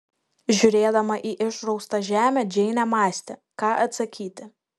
žiūrėdama į išraustą žemę džeinė mąstė ką atsakyti